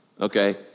okay